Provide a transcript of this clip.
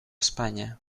espanya